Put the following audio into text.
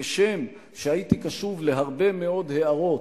כשם שהייתי קשוב להרבה מאוד הערות,